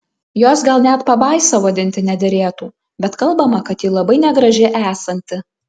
jos gal net pabaisa vadinti nederėtų bet kalbama kad ji labai negraži esanti